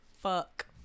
fuck